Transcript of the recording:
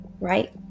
right